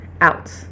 out